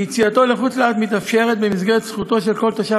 יציאתו לחוץ-לארץ מתאפשרת במסגרת זכותו של כל תושב